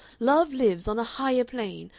love lives on a higher plane.